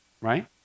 right